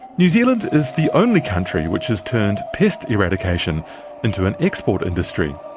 new zealand is the only country which has turned pest eradication into an export industry.